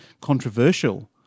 controversial